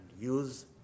use